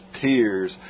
tears